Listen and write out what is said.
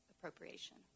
appropriation